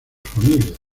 familias